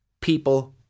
people